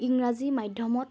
ইংৰাজী মাধ্যমত